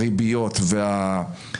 הרי כל הריביות והפיגורים,